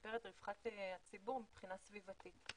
משפר את רווחת הציבור מבחינה סביבתית.